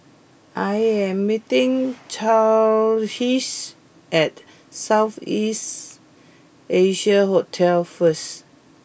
I am meeting Charisse at South East Asia Hotel first